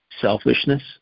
selfishness